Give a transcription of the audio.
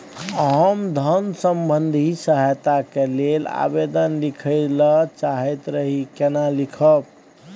हम धन संबंधी सहायता के लैल आवेदन लिखय ल चाहैत रही केना लिखब?